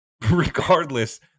regardless